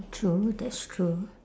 true that's true